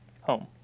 home